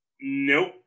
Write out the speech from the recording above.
Nope